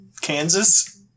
Kansas